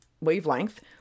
wavelength